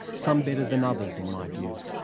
some better than others, in my view.